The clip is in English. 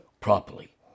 properly